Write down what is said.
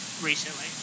recently